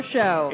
Show